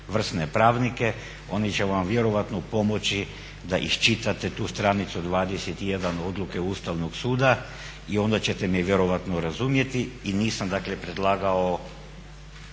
vrsne pravnike, oni će vam vjerojatno pomoći da iščitate tu stranicu 21.odluke Ustavnog suda i onda ćete me vjerojatno razumjeti i nisam dakle predlagao